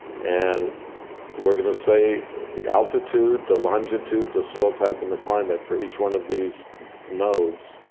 and we're going to say the altitude, the longitude, the soil type, and the climate for each one of these nodes.